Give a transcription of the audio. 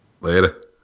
Later